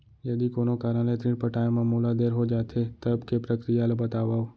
यदि कोनो कारन ले ऋण पटाय मा मोला देर हो जाथे, तब के प्रक्रिया ला बतावव